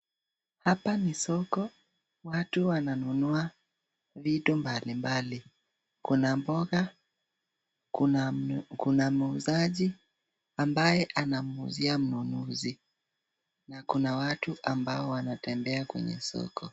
Hapa ni soko, watu wananunua vitu mbalimbali, kuna mboga, kuna muuzaji ambaye anamuuzia mnunuzi na kuna watu ambao wanatembea kwenye soko.